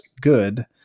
good